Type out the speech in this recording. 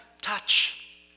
touch